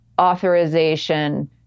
authorization